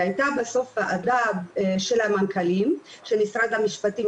הייתה בסוף ועדה של המנכ"לים של משרד המשפטים,